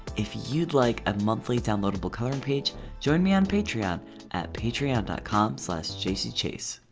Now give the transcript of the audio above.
if you'd like a monthly downloadable coloring page join me on patreon at patreon dot com slash jaceychase